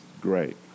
great